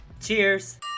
Cheers